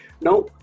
Now